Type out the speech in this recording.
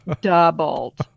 doubled